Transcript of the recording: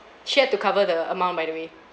she had to cover the amount by the way